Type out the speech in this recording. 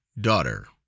daughter